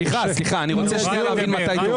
סליחה, אני רוצה להבין מתי תורי.